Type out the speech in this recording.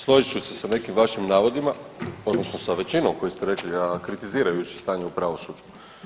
Složit ću se s nekim vašim navodima odnosno sa većinom koji ste rekli, a kritizirajući stanje u pravosuđu.